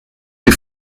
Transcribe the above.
des